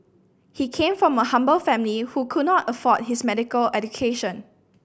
he came from a humble family who could not afford his medical education